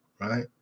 right